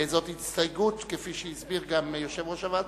זו הסתייגות דיבור,